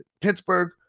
Pittsburgh